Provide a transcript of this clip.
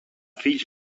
fills